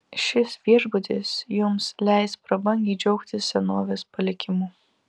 šis viešbutis jums leis prabangiai džiaugtis senovės palikimu